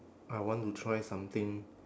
I want to try something